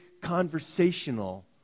conversational